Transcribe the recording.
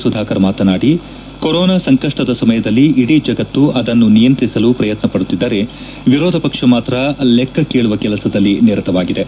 ಸುಧಾಕರ್ ಮಾತನಾಡಿ ಕೊರೊನಾ ಸಂಕಪ್ನದ ಸಮಯದಲ್ಲಿ ಇಡೀ ಜಗತ್ತು ಅದನ್ನು ನಿಯಂತ್ರಿಸಲು ಪ್ರಯತ್ನಪಡುತ್ತಿದ್ದರೆ ವಿರೋಧ ಪಕ್ಷ ಮಾತ್ರ ಲೆಕ್ಕ ಕೇಳುವ ಕೆಲಸದಲ್ಲಿ ನಿರತವಾಗಿದೆ